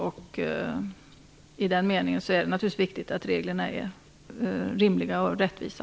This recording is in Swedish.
I den meningen är det naturligtvis viktigt att reglerna är rimliga och rättvisa.